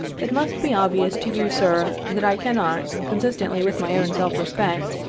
it must be obvious to you, sir, that i cannot, con sistently with my own self-respect,